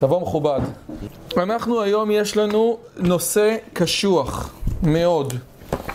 דבר מכובד. אנחנו היום, יש לנו נושא קשוח... מאוד